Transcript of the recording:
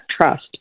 trust